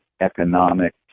economic